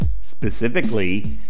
Specifically